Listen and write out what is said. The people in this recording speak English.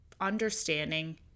understanding